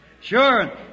Sure